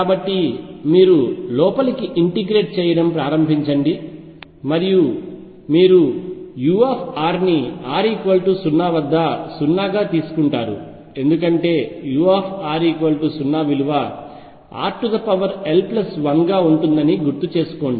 కాబట్టి మీరు లోపలికి ఇంటిగ్రేట్ చేయడం ప్రారంభించండి మరియు మీరు u ని r 0 వద్ద 0 గా తీసుకుంటారు ఎందుకంటే u r 0 విలువ rl1 గా ఉంటుందని గుర్తుచేసుకోండి